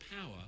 power